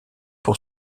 pour